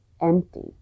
empty